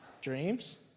Dreams